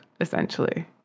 essentially